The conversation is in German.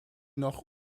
noch